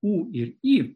o ir įu ir i